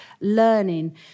learning